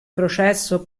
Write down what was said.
processo